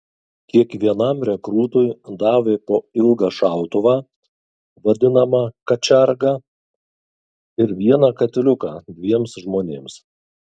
kiekvienam rekrūtui davė po ilgą šautuvą vadinamą kačergą ir vieną katiliuką dviems žmonėms